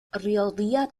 الرياضيات